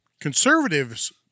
conservatives